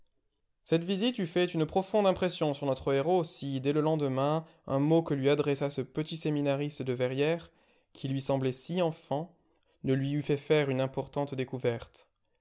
cette visite eût fait une profonde impression sur notre héros si dès le lendemain un mot que lui adressa ce petit séminariste de verrières qui lui semblait si enfant ne lui eût fait faire une importante découverte